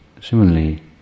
Similarly